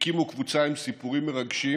הקימו קבוצה עם סיפורים מרגשים